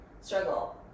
Struggle